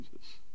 Jesus